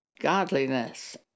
godliness